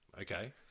okay